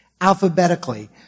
alphabetically